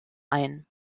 ein